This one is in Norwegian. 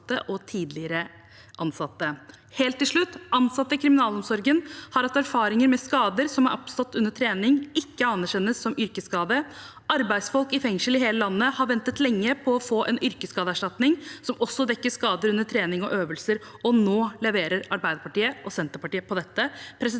Helt til slutt: Ansatte i kriminalomsorgen har hatt erfaringer med at skader som er oppstått under trening, ikke anerkjennes som yrkesskade. Arbeidsfolk i fengsel i hele landet har ventet lenge på å få en yrkesskadeerstatning som også dekker skader under trening og øvelser. Nå leverer Arbeiderpartiet og Senterpartiet på dette